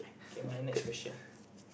okay my next question